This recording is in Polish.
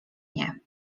nie